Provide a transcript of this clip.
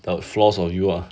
the flaws of you ah